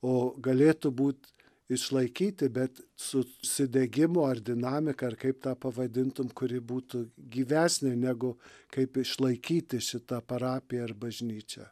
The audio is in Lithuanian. o galėtų būt išlaikyti bet su užsidegimu ar dinamika ar kaip tą pavadintum kuri būtų gyvesnė negu kaip išlaikyti šitą parapiją ar bažnyčią